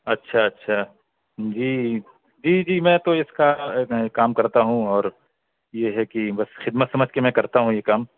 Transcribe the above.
اچھا اچھا جی جی جی میں تو اس کا کام کرتا ہوں اور یہ ہے کہ بس خدمت سمجھ کے میں کرتا ہوں یہ کام